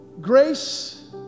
grace